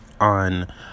on